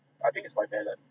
I think it's by ballot